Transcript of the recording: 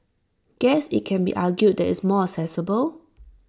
guess IT can be argued that it's more accessible